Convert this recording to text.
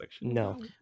No